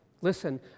Listen